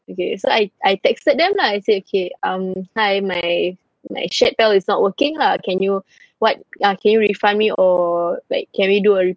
okay so I I texted them lah I say okay um hi my my is not working lah can you what can you refund me or like can we do a re~